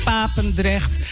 Papendrecht